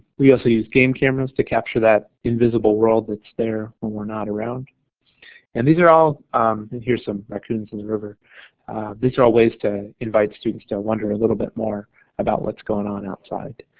we also use game cameras to capture that invisible world that's there when we're not around and these are al here's some racoons in the river these are all ways to invite students to wonder a little bit more about what's going on outside,